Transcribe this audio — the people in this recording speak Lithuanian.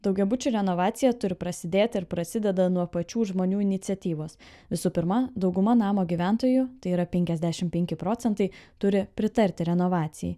daugiabučių renovacija turi prasidėti ir prasideda nuo pačių žmonių iniciatyvos visų pirma dauguma namo gyventojų tai yra penkiasdešimt penki procentai turi pritarti renovacijai